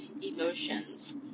emotions